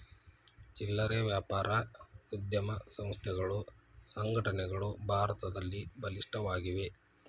ಚಿಲ್ಲರೆ ವ್ಯಾಪಾರ ಉದ್ಯಮ ಸಂಸ್ಥೆಗಳು ಸಂಘಟನೆಗಳು ಭಾರತದಲ್ಲಿ ಬಲಿಷ್ಠವಾಗಿವೆ